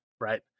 Right